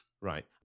Right